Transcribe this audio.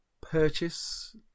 purchase